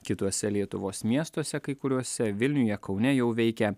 kituose lietuvos miestuose kai kuriuose vilniuje kaune jau veikia